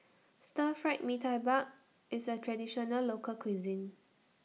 Stir Fried Mee Tai IS A Traditional Local Cuisine